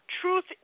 Truth